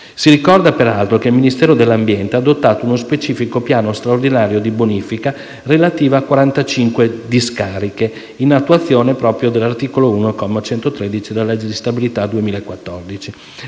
Si ricorda, peraltro, che il Ministero dell'ambiente ha adottato uno specifico Piano straordinario di bonifica relativo a 45 discariche, in attuazione proprio dell'articolo 1, comma 113, della legge di stabilità 2014.